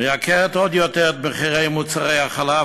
מייקרת עוד יותר את מחירי מוצרי החלב,